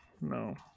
No